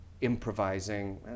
improvising